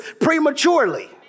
prematurely